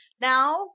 now